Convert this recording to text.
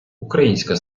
українська